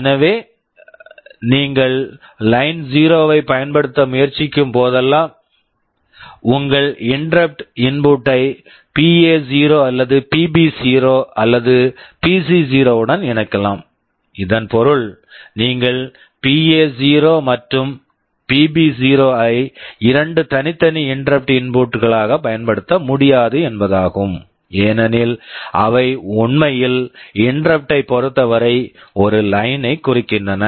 எனவே நீங்கள் line zero Line0 ஐப் பயன்படுத்த முயற்சிக்கும்போதெல்லாம் உங்கள் இன்டெரப்ட் interrupt இன்புட் input ஐ பிஎ0 PA0 அல்லது பிபி0 PB0 அல்லது பிசி0 PC0 உடன் இணைக்கலாம் இதன் பொருள் நீங்கள் பிஎ0 PA0 மற்றும் பிபி0 PB0 ஐ இரண்டு தனித்தனி இன்டெரப்ட் இன்புட் interrupt input களாகப் பயன்படுத்த முடியாது என்பதாகும் ஏனெனில் அவை உண்மையில் இன்டெரப்ட் interrupt ஐப் பொறுத்தவரை ஒரே லைன் line ஐக் குறிக்கின்றன